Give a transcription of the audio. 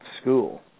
school